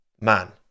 man